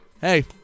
hey